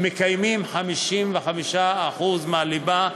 מקיימים 55% מהליבה,